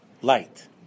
light